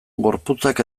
gorputzak